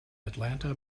atlanta